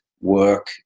work